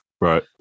Right